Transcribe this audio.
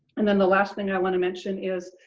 and then the last thing i wanna mention is,